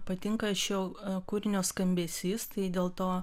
patinka šio kūrinio skambesys tai dėl to